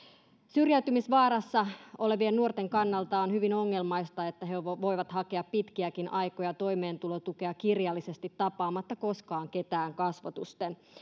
syrjäytymisvaarassa olevien nuorten kannalta on hyvin ongelmaista että he voivat voivat hakea pitkiäkin aikoja toimeentulotukea kirjallisesti tapaamatta koskaan ketään kasvotusten